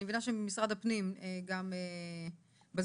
אני מבינה שממשרד הפנים גם בזום,